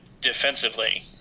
defensively